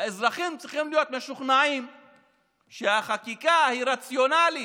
האזרחים צריכים להיות משוכנעים שהחקיקה היא רציונלית,